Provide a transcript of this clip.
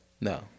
no